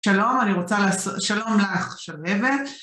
שלום, אני רוצה לעש.. שלום לך שלהבת.